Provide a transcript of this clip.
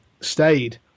stayed